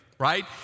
right